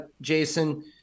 Jason